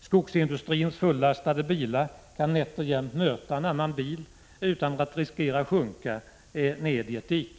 Skogsindustrins fullastade bilar kan nätt och jämnt möta en annan bil utan att riskera att sjunka ned i ett dike.